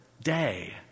day